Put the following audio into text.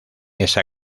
esa